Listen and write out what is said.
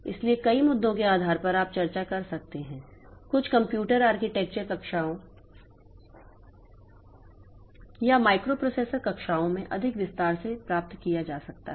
इसलिए कई मुद्दों के आधार पर आप चर्चा कर सकते हैं कुछ कंप्यूटर आर्किटेक्चर कक्षाओं या माइक्रोप्रोसेसर कक्षाओं में अधिक विस्तार से प्राप्त किया जा सकता है